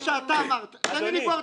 המשפט.